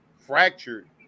fractured